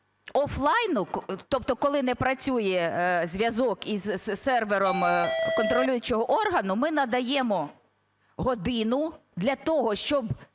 офлайну, тобто коли не працює зв'язок із сервером контролюючого органу, ми надаємо годину для того, щоб